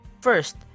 first